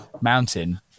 mountain